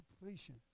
completion